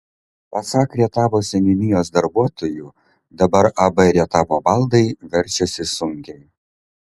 pasak rietavo seniūnijos darbuotojų dabar ab rietavo baldai verčiasi sunkiai